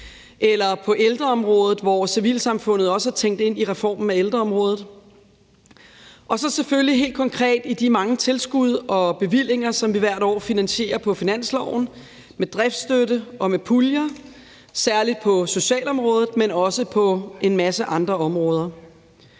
også på ældreområdet, hvor civilsamfundet er tænkt ind i reformen af ældreområdet. Og så gælder det selvfølgelig helt konkret også i de mange tilskud og bevillinger, som vi hvert år finansierer på finansloven med driftsstøtte og med puljer, særlig på socialområdet, men også på en masse andre områder.